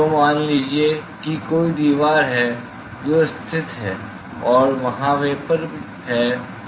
तो मान लीजिए कि कोई दीवार है जो स्थित है और वहां वेपर है जो मौजूद है